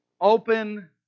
Open